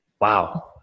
Wow